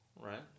right